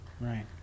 right